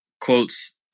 quotes